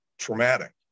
traumatic